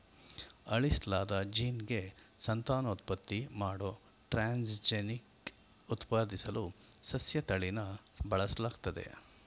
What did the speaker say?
ಅಳಿಸ್ಲಾದ ಜೀನ್ಗೆ ಸಂತಾನೋತ್ಪತ್ತಿ ಮಾಡೋ ಟ್ರಾನ್ಸ್ಜೆನಿಕ್ ಉತ್ಪಾದಿಸಲು ಸಸ್ಯತಳಿನ ಬಳಸಲಾಗ್ತದೆ